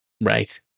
Right